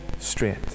Straight